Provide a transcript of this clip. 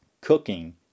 Cooking